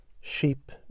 Sheep